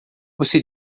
você